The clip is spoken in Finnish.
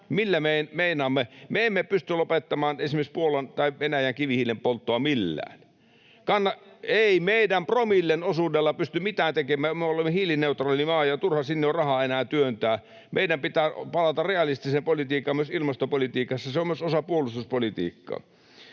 vuoteen kasvanut. Me emme pysty lopettamaan esimerkiksi Puolan tai Venäjän kivihiilen polttoa millään. [Inka Hopsun välihuuto] — Ei meidän promillen osuudella pysty mitään tekemään. Me olemme hiilineutraali maa, ja turha sinne on rahaa enää työntää. Meidän pitää palata realistiseen politiikkaan myös ilmastopolitiikassa. Se on myös osa puolustuspolitiikkaa.